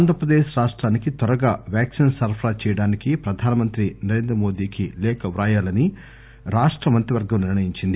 ఆంధ్రప్రదేశ్ రాష్టానికి త్వరగా వ్యాక్పిస్ సరఫరా చేయడానికి ప్రధానమంత్రి నరేంద్రమోదీ లేఖ రాయాలని రాష్ట మంత్రివర్గం నిర్లయించింది